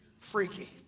freaky